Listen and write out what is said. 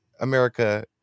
America